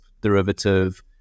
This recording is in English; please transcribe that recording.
derivative